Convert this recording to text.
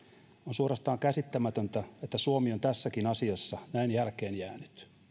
suorastaan käsittämätöntä että suomi on tässäkin asiassa näin jälkeenjäänyt